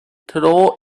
throw